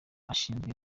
ashinzwe